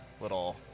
little